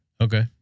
okay